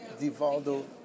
Divaldo